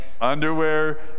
underwear